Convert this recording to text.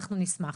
אנחנו נשמח.